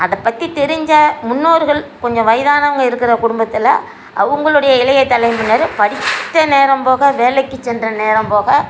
அதை பற்றி தெரிஞ்ச முன்னோர்கள் கொஞ்சம் வயதானவங்கள் இருக்கிற குடும்பத்தில் அவங்களுடைய இளைய தலைமுறைனரு படித்த நேரம் போக வேலைக்கு சென்ற நேரம் போக